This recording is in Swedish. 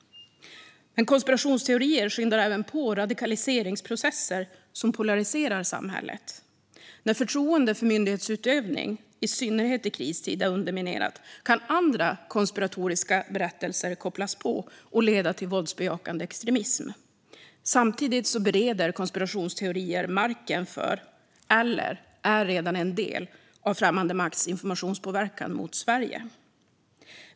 Men konspirationsteorier skyndar även på radikaliseringsprocesser som polariserar samhället. När förtroendet för myndighetsutövning, i synnerhet i kristid, är underminerat kan andra konspiratoriska berättelser kopplas på och leda till våldsbejakande extremism. Samtidigt bereder konspirationsteorier marken för, eller är redan en del av, främmande makts informationspåverkan mot Sverige.